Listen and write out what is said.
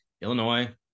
Illinois